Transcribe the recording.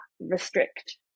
restrict